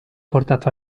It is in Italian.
portato